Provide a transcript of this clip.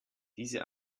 diese